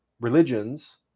Religions